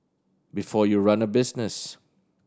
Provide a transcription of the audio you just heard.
before you run a business